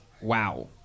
wow